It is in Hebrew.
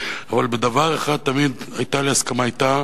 אבל בדבר אחד תמיד היתה לי הסכמה אתה,